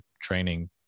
training